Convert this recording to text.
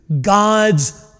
God's